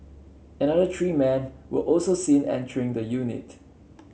another three men were also seen entering the unit